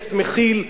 טקס מכיל,